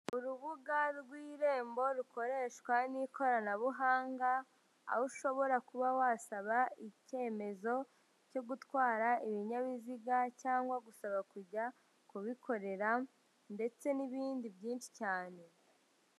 Urubuga rw'irembo rukoreshwa n'ikoranabuhanga aho ushobora kuba wasaba icyemezo cyo gutwara ibinyabiziga cyangwa gusaba kujya kubikorera ndetse n'ibindi byinshi cyane.